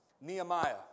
Nehemiah